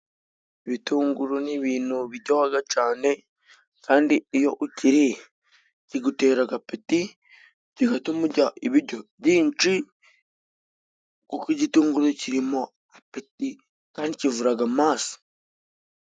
Ibitunguru ni ibintu biryoga cane kandi iyo ukiriye kiguteraga apeti kigatuma urya ibijyo byinji kuko igitunguru kirimo apeti kandi kivuraga amaso.